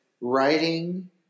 writing